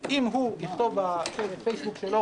כי ברגע שדברים מוכרעים בהכרעות שיפוטיות,